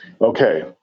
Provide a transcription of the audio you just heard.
Okay